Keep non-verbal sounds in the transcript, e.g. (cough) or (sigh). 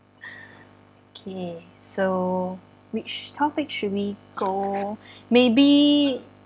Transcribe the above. (breath) okay so which topic should we go maybe